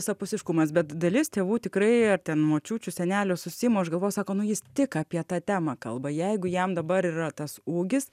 visapusiškumas bet dalis tėvų tikrai ar ten močiučių senelių susiima už galvos sako nu jis tik apie tą temą kalba jeigu jam dabar yra tas ūgis